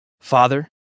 Father